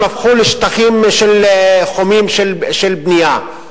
הם הפכו לשטחים חומים של בנייה.